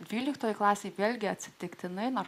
dvyliktoje klasėje vėlgi atsitiktinai nuo